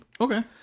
Okay